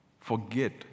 forget